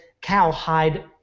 cowhide